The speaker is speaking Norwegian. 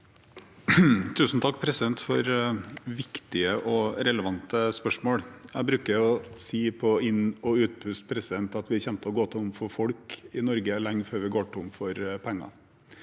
Tusen takk for viktige og relevante spørsmål. Jeg bruker å si på inn- og utpust at vi kommer til å gå tom for folk i Norge lenge før vi går tom for penger.